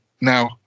Now